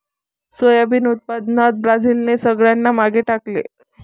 soybean उत्पादनात ब्राझीलने सगळ्यांना मागे टाकले